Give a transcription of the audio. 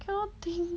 cannot think